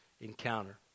encounter